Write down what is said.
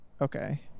Okay